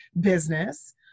business